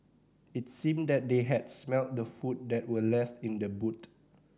it seemed that they had smelt the food that were left in the boot